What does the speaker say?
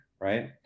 right